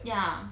ya